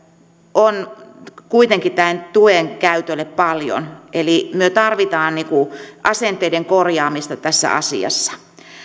on kuitenkin tämän tuen käytölle paljon eli me tarvitsemme asenteiden korjaamista tässä asiassa